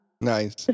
nice